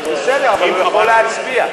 אז בסדר, אבל הוא יכול להצביע.